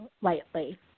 lightly